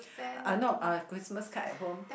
uh no uh Christmas card at home